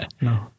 No